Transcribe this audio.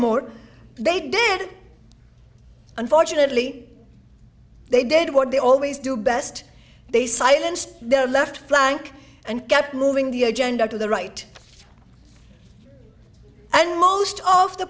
more they did unfortunately they did what they always do best they silenced their left flank and kept moving the agenda to the right and most of the